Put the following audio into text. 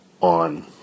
on